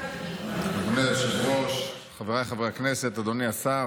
אדוני היושב-ראש, חבריי חברי הכנסת, אדוני השר,